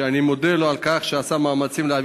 ואני מודה לו על כך שעשה מאמצים להעביר